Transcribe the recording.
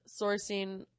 sourcing